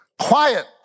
quiet